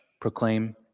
proclaim